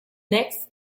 next